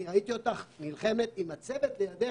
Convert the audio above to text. אני ראיתי אותך נלחמת עם הצוות שלידך,